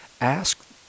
Ask